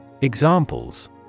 Examples